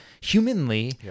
humanly